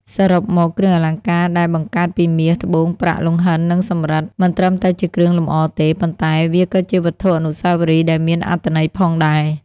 សរុបមក គ្រឿងអលង្ការដែលបង្កើតពីមាស ត្បូង ប្រាក់ លង្ហិន និងសំរិទ្ធ មិនត្រឹមតែជាគ្រឿងលម្អទេ ប៉ុន្តែវាក៏ជាវត្ថុអនុស្សាវរីយ៍ដែលមានអត្ថន័យផងដែរ។